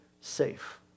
safe